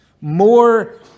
more